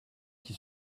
qui